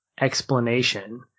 explanation